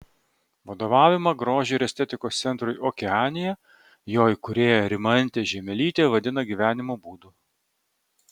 vadovavimą grožio ir estetikos centrui okeanija jo įkūrėja rimantė žiemelytė vadina gyvenimo būdu